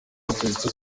batetse